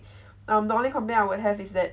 um the only complain I would have is that